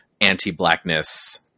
anti-blackness